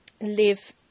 live